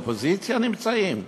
נמצאים באופוזיציה?